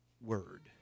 word